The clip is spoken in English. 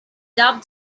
dubbed